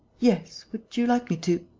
yes. would you like me to?